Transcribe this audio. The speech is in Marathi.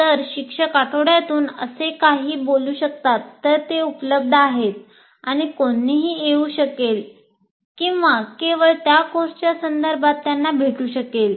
जर शिक्षक आठवड्यातून असे काही बोलू शकतात तर ते उपलब्ध आहेत आणि कोणीही येऊ शकेल आणि केवळ त्या कोर्सच्या संदर्भात त्यांना भेटू शकेल